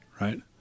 right